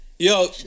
Yo